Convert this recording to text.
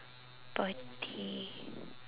party